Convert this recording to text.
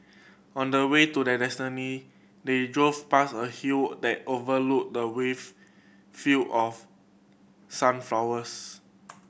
on the way to their destiny they drove past a hill that overlooked the wave field of sunflowers